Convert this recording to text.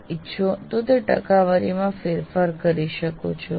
આપ ઈચ્છો તો તે ટકાવારીમાં ફેરફાર કરી શકો છો